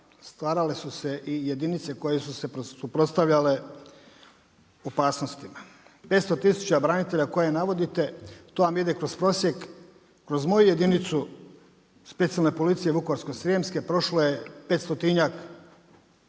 stvarale su se i jedinice koje su se suprotstavljale opasnostima. 500 tisuća branitelja koje navodite to vam ide kroz prosjek, kroz moju jedinicu Specijalna policija Vukovarsko-srijemske prošla je 500-njak